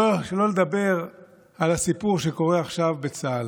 שלא לדבר על הסיפור שקורה עכשיו בצה"ל.